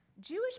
Jewish